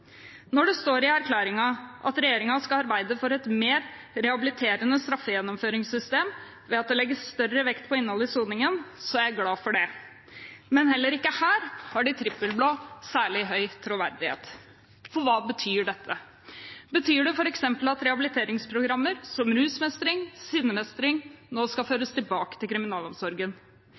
Når det står i erklæringen at regjeringen skal arbeide for et mer rehabiliterende straffegjennomføringssystem ved at det legges større vekt på innholdet i soningen, er jeg glad for det. Men heller ikke her har de trippelblå særlig høy troverdighet. For hva betyr dette? Betyr det f.eks. at rehabiliteringsprogrammer som rusmestring og sinnemestring nå skal føres tilbake til kriminalomsorgen?